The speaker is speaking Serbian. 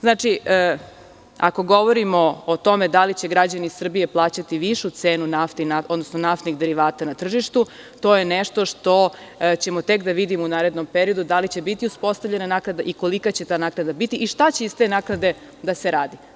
Znači, ako govorimo o tome da li će građani Srbije plaćati višu cenu nafte, odnosno naftnih derivata na tržištu, to je nešto što ćemo tek da vidimo u narednom periodu - da li će biti uspostavljena naknada, kolika će ta naknada biti i šta će iz te naknade da se radi?